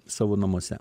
savo namuose